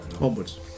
onwards